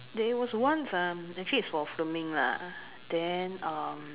there was once ah actually is for filming lah then um